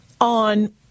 on